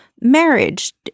marriage